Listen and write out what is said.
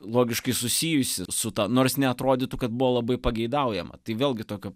logiškai susijusi su ta nors neatrodytų kad buvo labai pageidaujama tai vėlgi tokio